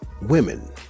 Women